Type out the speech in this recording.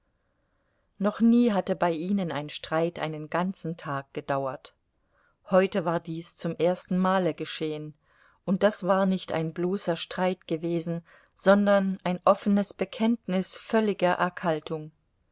noch nie hatte bei ihnen ein streit einen ganzen tag gedauert heute war dies zum ersten male geschehen und das war nicht ein bloßer streit gewesen sondern ein offenes bekenntnis völliger erkaltung